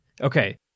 Okay